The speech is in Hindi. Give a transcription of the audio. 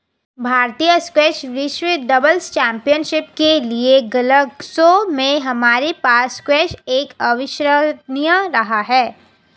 भारतीय स्क्वैश विश्व डबल्स चैंपियनशिप के लिएग्लासगो में हमारे पास स्क्वैश एक अविश्वसनीय रहा है